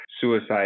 suicide